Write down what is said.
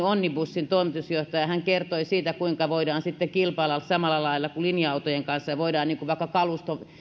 onnibussin toimitusjohtaja kertoi siitä kuinka voidaan sitten kilpailla samalla lailla kuin linja autojen kanssa ja voidaan vaikka